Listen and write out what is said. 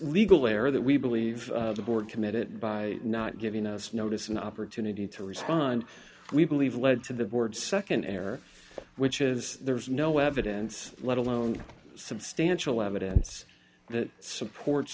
legal error that we believe the board committed by not giving us notice an opportunity to respond we believe led to the board nd error which is there is no evidence let alone substantial evidence that supports